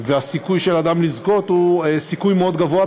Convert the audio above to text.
והסיכוי של אדם לזכות הוא סיכוי מאוד גבוה,